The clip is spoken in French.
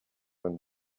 même